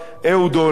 אהוד אולמרט.